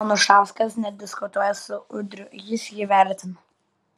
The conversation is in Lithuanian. anušauskas nediskutuoja su udriu jis jį vertina